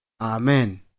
Amen